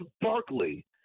Barkley